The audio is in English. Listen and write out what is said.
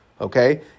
Okay